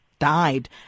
...died